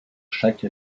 chaque